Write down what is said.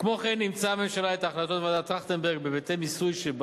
כמו-כן אימצה הממשלה את החלטות ועדת-טרכטנברג בהיבטי מיסוי,